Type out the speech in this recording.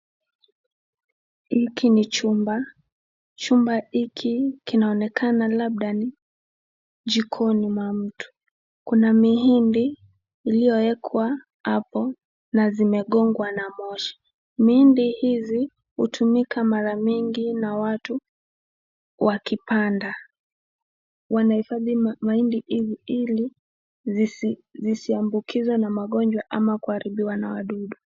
Hiki ni chumba. Chumba hiki kinaonekana labda ni jikoni mwa mtu. Kuna mihindi iliyowekwa hapo na zimegongwa na moshi. Mihindi hizi hutumika mara nyingi na watu wakipanda. Wanaifadhi mahindi ili zisisiambukizwe na magonjwa ama kuharibiwa na wadudu.